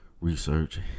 research